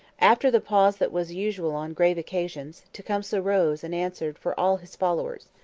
after the pause that was usual on grave occasions, tecumseh rose and answered for all his followers.